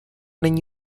není